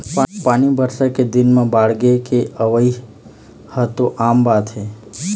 पानी बरसा के दिन म बाड़गे के अवइ ह तो आम बात होगे हे